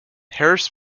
harris